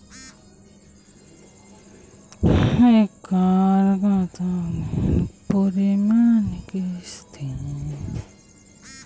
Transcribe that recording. শিক্ষার ঋণ মুকুব করতে কতোদিনে ও কতো পরিমাণে কিস্তি জমা করতে হবে?